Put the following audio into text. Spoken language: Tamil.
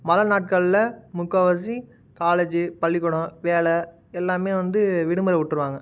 மழை நாட்கள்ல முக்காவாசி காலேஜ் பள்ளிக்கூடம் வேலை எல்லாமே வந்து விடுமுறை விட்ருவாங்க